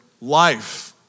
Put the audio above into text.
life